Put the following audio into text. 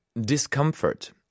discomfort